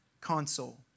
console